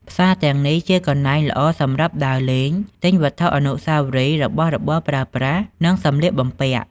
ផ្សារទាំងនេះជាកន្លែងល្អសម្រាប់ដើរលេង ទិញវត្ថុអនុស្សាវរីយ៍ របស់របរប្រើប្រាស់ និងសម្លៀកបំពាក់ ។